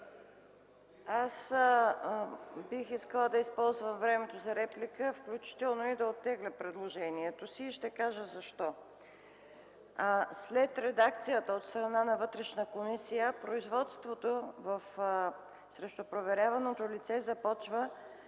Аз бих искала да използвам времето за реплика включително и да оттегля предложението си и ще кажа защо. След редакцията от страна на Вътрешната комисия производството срещу проверяваното лице започва